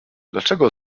dlaczego